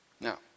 Now